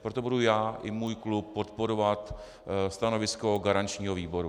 Proto budu já i můj klub podporovat stanovisko garančního výboru.